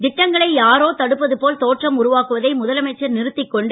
ட்டங்களை யாரோ தடுப்பது போல் தோற்றம் உருவாக்குவதை முதலமைச்சர் றுத் க் கொண்டு